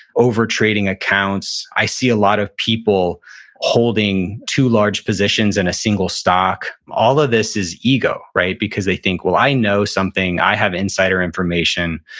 overtrading accounts. i see a lot of people holding too-large positions in a single stock. all of this is ego because they think, well, i know something. i have insider information.